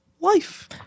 life